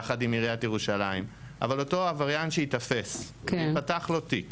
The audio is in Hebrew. יחד עם עיריית ירושלים אבל אותו עבריין שייתפס ויפתח לו תיק